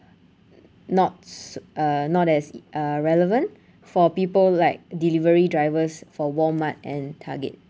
not uh not as uh relevant for people like delivery drivers for walmart and target